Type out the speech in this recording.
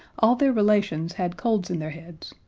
all their relations had colds in their heads,